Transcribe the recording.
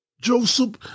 Joseph